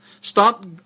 Stop